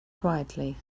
quietly